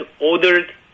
ordered